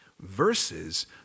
versus